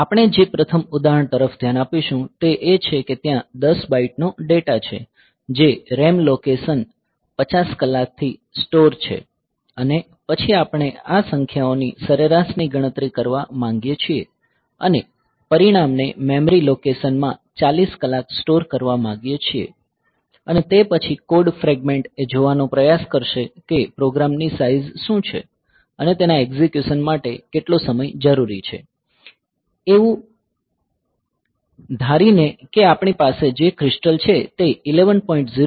આપણે જે પ્રથમ ઉદાહરણ તરફ ધ્યાન આપીશું તે એ છે કે ત્યાં 10 બાઇટ નો ડેટા છે જે RAM લોકેશન 50 કલાક થી સ્ટોર છે અને પછી આપણે આ સંખ્યાઓની સરેરાશ ની ગણતરી કરવા માંગીએ છીએ અને પરિણામને મેમરી લોકેશનમાં ૪૦ કલાક સ્ટોર કરવા માંગીએ છીએ અને તે પછી કોડ ફ્રેગમેન્ટ એ જોવાનો પ્રયાસ કરશે કે પ્રોગ્રામની સાઇઝ શું છે અને તેના એક્ઝિક્યુસન માટે કેટલો સમય જરૂરી છે એવું ધારીને કે આપણી પાસે જે ક્રીસ્ટલ છે તે 11